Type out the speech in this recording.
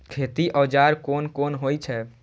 खेती औजार कोन कोन होई छै?